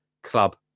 club